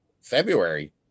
February